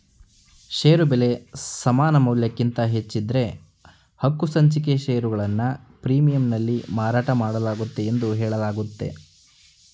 ಷೇರು ಬೆಲೆ ಸಮಾನಮೌಲ್ಯಕ್ಕಿಂತ ಹೆಚ್ಚಿದ್ದ್ರೆ ಹಕ್ಕುಸಂಚಿಕೆ ಷೇರುಗಳನ್ನ ಪ್ರೀಮಿಯಂನಲ್ಲಿ ಮಾರಾಟಮಾಡಲಾಗುತ್ತೆ ಎಂದು ಹೇಳಲಾಗುತ್ತೆ